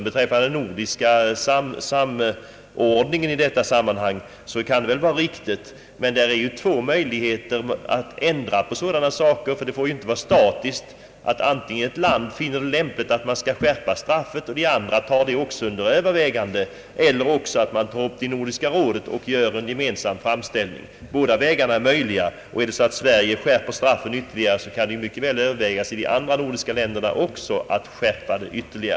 Beträffande den nordiska samordningen i denna fråga vill jag säga till herr Lundström, att det är riktigt att en samordning bör förekomma, men det finns ju två möjligheter att undvika olikheter. Om ett land finner det lämpligt att skärpa straffet så får de andra länderna antingen överväga en straffskärpning även de, eller också får man vända sig till Nordiska rådet med en gemensam framställning. Båda vägarna är möjliga. Om Sverige ytterligare skärper straffet, kan en skärpning mycket väl övervägas också i de andra nordiska länderna.